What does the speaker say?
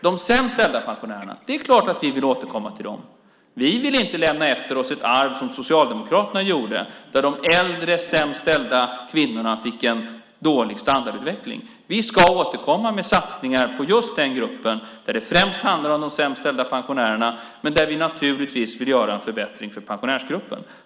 Det är klart att vi vill återkomma till de sämst ställda pensionärerna. Vi vill inte lämna efter oss ett arv som Socialdemokraterna gjorde där de äldre sämst ställda kvinnorna fick en dålig standardutveckling. Vi ska återkomma med satsningar på just den gruppen. Det handlar främst om de sämst ställda pensionärerna, men vi vill naturligtvis göra en förbättring för pensionärsgruppen.